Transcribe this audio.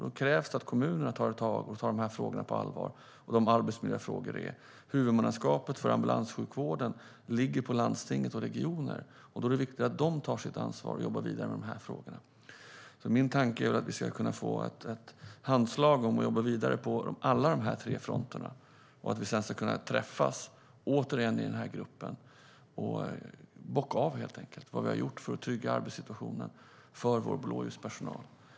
Då krävs det att kommunerna tar de här frågorna på allvar. Det är arbetsmiljöfrågor. Huvudmannaskapet för ambulanssjukvården ligger på landsting och regioner. Då är det viktigt att de tar sitt ansvar och jobbar vidare med de här frågorna. Min tanke är att vi ska kunna få ett handslag om att jobba vidare på alla dessa fronter och att vi sedan återigen ska kunna träffas i gruppen och bocka av vad vi har gjort för att trygga arbetssituationen för vår blåljuspersonal.